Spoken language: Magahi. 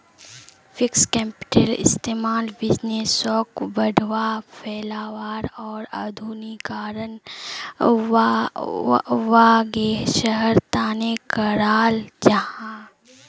फिक्स्ड कैपिटलेर इस्तेमाल बिज़नेसोक बढ़ावा, फैलावार आर आधुनिकीकरण वागैरहर तने कराल जाहा